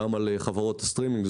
גם על חברות סטרימינג.